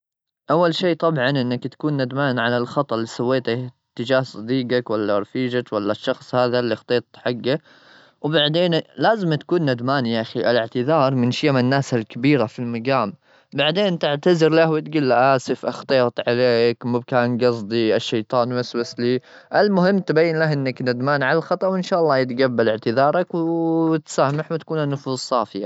أول شي، طبعا، إنك تكون ندمان على الخطأ اللي سويته تجاه صديجك ولا رفيجك أو الشخص هذا اللي أخطيت حقه. وبعدين، لازم تكون ندمان، يا أخي، الاعتذار من شيم الناس الكبيرة في المجام. بعدين، تعتذر له وتقول له: "آسف، أخطيت، مو كان جصدي الشيطان وسوس لي". المهم، تبين له إنك ندمان على الخطأ. وإن شاء الله يتقبل اعتذارك وتسامح، وتكون النفوس صافية.